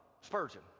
Spurgeon